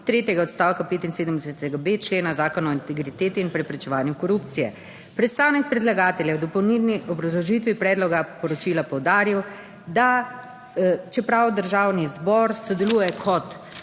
odstavka 75.b člena Zakona o integriteti in preprečevanju korupcije. Predstavnik predlagatelja je v dopolnilni obrazložitvi predloga poročila poudaril, da čeprav Državni zbor sodeluje kot